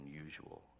unusual